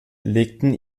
legten